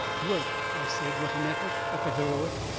work! i said with an effort at the heroic,